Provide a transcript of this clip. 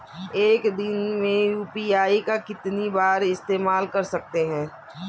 एक दिन में यू.पी.आई का कितनी बार इस्तेमाल कर सकते हैं?